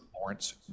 Lawrence